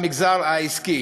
במגזר העסקי.